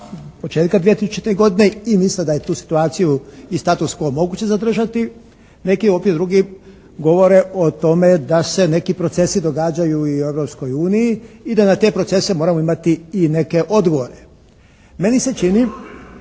početka 2000. godine i misle da je tu situaciju i status quo moguće zadržati, neki opet drugi govore o tome da se neki procesi događaju i u Europskoj uniji i da na te procese morati imati i neke odgovore. Meni se čini